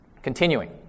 Continuing